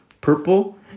purple